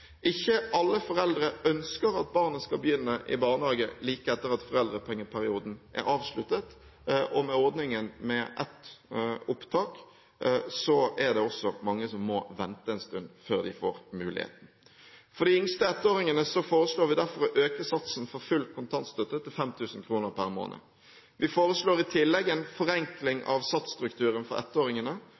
Ikke alle foreldre ønsker at barnet skal begynne i barnehage like etter at foreldrepengeperioden er avsluttet, og med ordningen med ett opptak er det også mange som må vente en stund før de får muligheten. For de yngste ettåringene foreslår vi derfor å øke satsen for full kontantstøtte til 5 000 kr per måned. Vi foreslår i tillegg en forenkling av satsstrukturen for